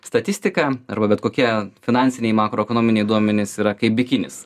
statistika arba bet kokie finansiniai makroekonominiai duomenys yra kaip bikinis